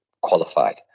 qualified